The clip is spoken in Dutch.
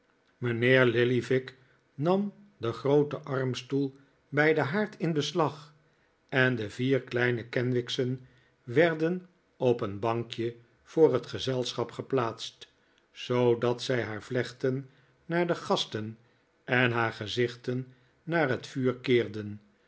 mijnheer lillyvick nam den grooten armstoel bij den haard in beslag en de vier kleine kenwigs'en werden op een bankje voor het gezelschap geplaatst zoodat zij haar vlechten naar de gasten en haar gezichten naar het vuur keerden